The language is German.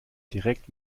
direkt